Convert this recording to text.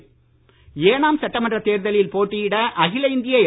ஏனாம் ஏனாம் சட்டமன்றத் தேர்தலில் போட்டியிட அகில இந்திய என்